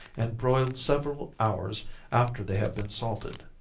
and broiled several hours after they have been salted.